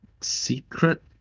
Secret